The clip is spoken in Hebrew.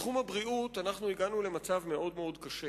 בחוק הבריאות אנחנו הגענו למצב מאוד קשה.